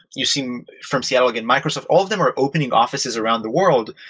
you see, from seattle again, microsoft. all of them are opening offices around the world,